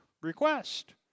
request